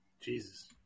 Jesus